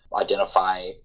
identify